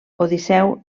odisseu